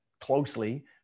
closely